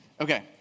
Okay